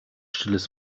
stilles